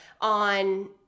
on